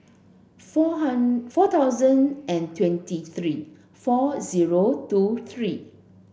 four four thousand and twenty three four zero two three